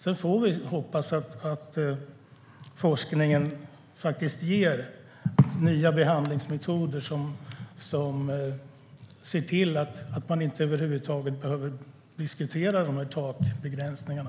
Sedan får vi hoppas att forskningen ger nya behandlingsmetoder som ser till att man över huvud taget inte behöver diskutera de här takbegränsningarna.